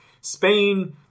Spain